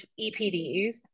EPDs